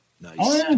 nice